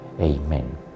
Amen